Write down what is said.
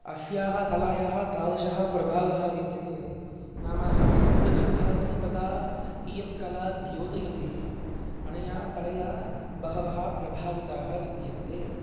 अस्याः कलायाः तादृशः प्रभावः विद्यते नाम हृद्गतं भावं तथा इयं कला द्योतयति अनया कलया बहवः प्रभाविताः विद्यन्ते